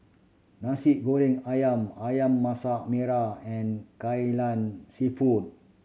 Nasi Goreng Ayam Ayam Masak Merah and Kai Lan Seafood